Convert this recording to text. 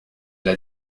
l’a